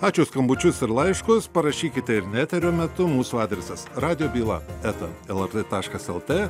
ačiū už skambučius ir laiškus parašykite ir ne eterio metu mūsų adresas radijo byla eta el er t taškas el tė